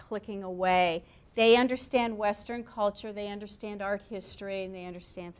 clicking away they understand western culture they understand our history and they understand